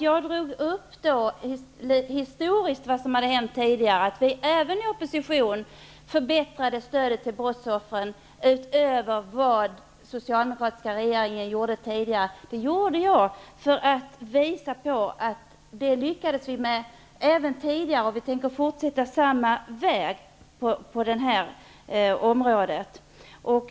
Jag tog upp vad som hänt tidigare, att vi även i opposition förbättrade stödet till brottsoffren utöver vad den socialdemokratiska regeringen gjorde, för att visa att vi även tidigare lyckades med detta. Vi tänker nu fortsätta samma väg.